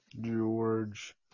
George